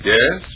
Yes